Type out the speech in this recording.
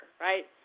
right